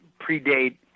predate